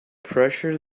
pressure